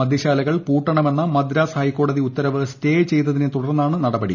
മദ്യശാലകൾ പൂട്ടണമെന്ന മദ്രാസ് ഹൈക്കോടതി ഉത്തരവ് സ്റ്റേ ചെയ്തതിനെ തുടർന്നാണ് നടപടി